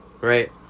right